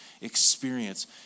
experience